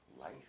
Life